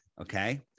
okay